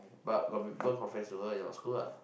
but got people confess to her in your school ah